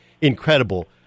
incredible